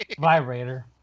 Vibrator